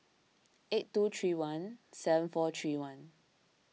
eight two three one seven four three one